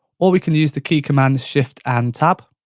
or we can use the key command shift and tab,